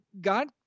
God